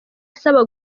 asaba